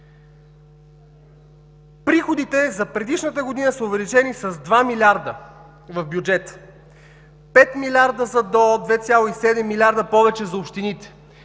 Приходите за предишната година са увеличени с 2 милиарда в бюджета, 5 милиарда са ДОО, 2,7 милиарда са повече за общините.